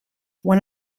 one